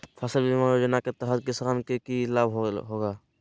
फसल बीमा योजना के तहत किसान के की लाभ होगा?